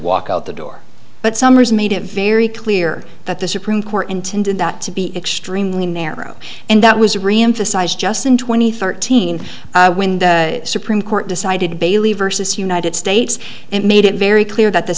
walk out the door but summers made it very clear that the supreme court intended that to be extremely narrow and that was reemphasized just in twenty thirteen when the supreme court decided bailey versus united states and made it very clear that the